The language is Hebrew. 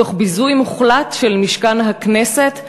תוך ביזוי מוחלט של משכן הכנסת,